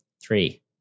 three